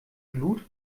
glut